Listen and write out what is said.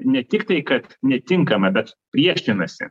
ne tik tai kad netinkama bet priešinasi